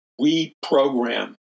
reprogram